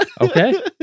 Okay